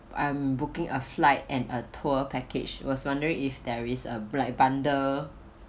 I'm booking a flight and a tour package was wondering if there is a like bundle